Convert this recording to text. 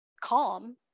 calm